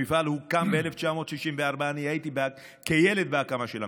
המפעל הוקם ב-1964, אני הייתי ילד בהקמה של המפעל,